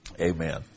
Amen